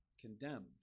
condemned